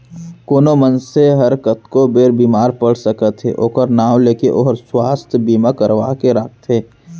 कोनो मनसे हर कतको बेर बीमार पड़ सकत हे ओकर नांव ले के ओहर सुवास्थ बीमा करवा के राखथे